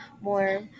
more